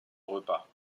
repas